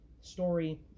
story